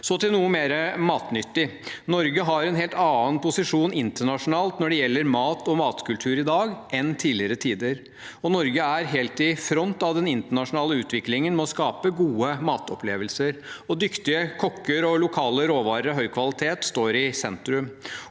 Så til noe mer matnyttig. Norge har en helt annen posisjon internasjonalt når det gjelder mat og matkultur i dag enn i tidligere tider. Norge er helt i front av den internasjonale utviklingen med å skape gode matopplevelser. Dyktige kokker og lokale råvarer av høy kvalitet står i sentrum.